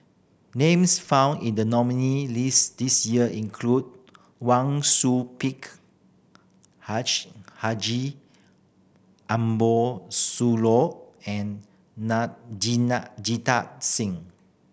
names found in the nominee list this year include Wang Sui Pick Haji Ambo Sooloh and Jita Singh